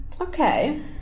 okay